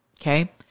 Okay